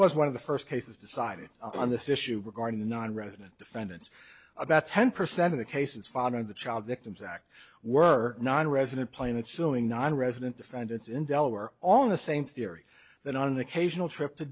was one of the first cases decided on this issue regarding nonresident defendants about ten percent of the cases father of the child victims act were nonresident planet suing nonresident defendants in delaware on the same theory than an occasional trip to